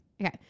Okay